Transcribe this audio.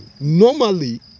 Normally